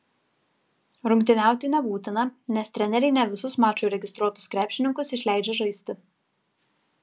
rungtyniauti nebūtina nes treneriai ne visus mačui registruotus krepšininkus išleidžia žaisti